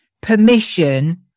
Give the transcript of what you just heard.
permission